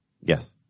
Yes